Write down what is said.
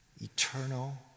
eternal